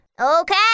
Okay